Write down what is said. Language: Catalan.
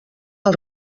els